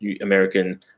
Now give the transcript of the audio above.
American